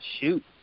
Shoot